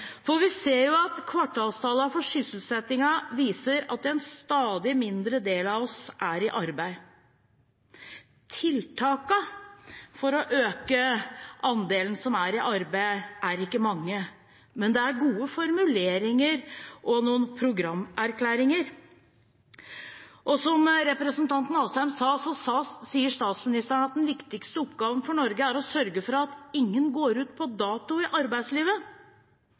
framover? Vi ser at kvartalstallene for sysselsetting viser at en stadig mindre del av oss er i arbeid. Tiltakene for å øke andelen som er i arbeid, er ikke mange, men det er gode formuleringer og noen programerklæringer. Som representanten Asheim sa, så sier statsministeren at den viktigste oppgaven for Norge er å sørge for at ingen går ut på dato i arbeidslivet.